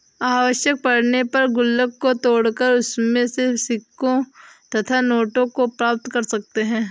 आवश्यकता पड़ने पर गुल्लक को तोड़कर उसमें से सिक्कों तथा नोटों को प्राप्त कर सकते हैं